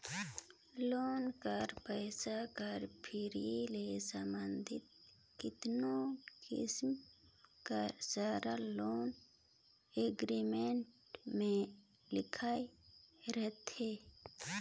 loan कर पइसा कर फिराए ले संबंधित केतनो किसिम कर सरल लोन एग्रीमेंट में लिखाए रहथे